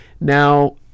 Now